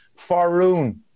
Faroon